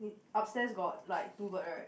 upstairs got like two bird right